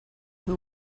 who